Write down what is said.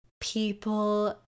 people